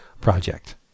project